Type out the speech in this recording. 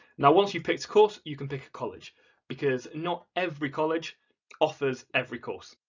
now once you've picked course you can pick a college because not every college offers every course.